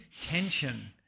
tension